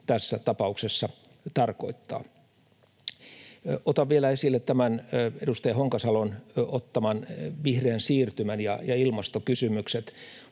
tässä tapauksessa tarkoittaa. Otan vielä esille tämän edustaja Honkasalon esiin ottaman vihreän siirtymän ja ilmastokysymykset.